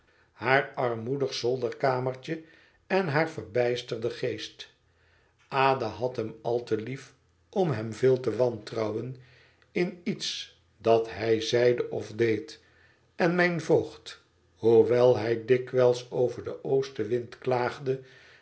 haar armoedig zolderkamertje en haar verbijsterden geest ada had hem al te lief om hem veel te wantrouwen in iets dat hij zeide of deed en mijn voogd hoewel hij dikwijls over den oostenwind